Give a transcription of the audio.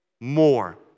more